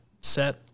set